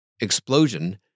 explosion